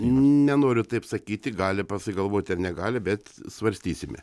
nenoriu taip sakyti gali persigalvoti ar negali bet svarstysime